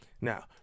Now